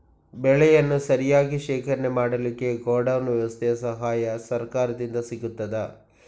ಬೆಳೆಯನ್ನು ಸರಿಯಾಗಿ ಶೇಖರಣೆ ಮಾಡಲಿಕ್ಕೆ ಗೋಡೌನ್ ವ್ಯವಸ್ಥೆಯ ಸಹಾಯ ಸರಕಾರದಿಂದ ಸಿಗುತ್ತದಾ?